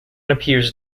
appears